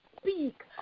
speak